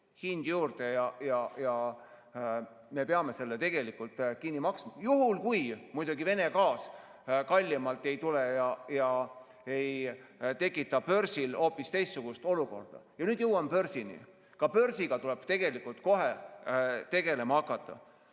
hind juurde ja me peame selle tegelikult kinni maksma, juhul muidugi kui Vene gaas kallimalt ei tule ega tekita börsil hoopis teistsugust olukorda. Nüüd jõuan börsini. Ka börsiga tuleb kohe tegelema hakata.